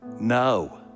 no